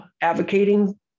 advocating